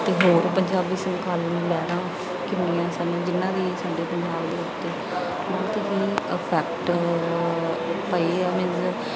ਅਤੇ ਹੋਰ ਪੰਜਾਬੀ ਸਮਕਾਲੀ ਲਹਿਰਾਂ ਕਿੰਨੀਆਂ ਸਨ ਜਿੰਨ੍ਹਾਂ ਦੀ ਸਾਡੇ ਪੰਜਾਬ ਦੇ ਉੱਤੇ ਬਹੁਤ ਹੀ ਇਫੈਕਟ ਪਏ ਹੈ ਮੀਨਜ਼